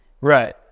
Right